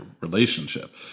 relationship